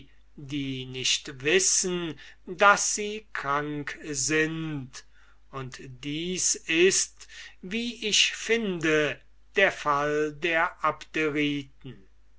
die nicht wissen daß sie krank sind und dies ist wie ich finde der fall der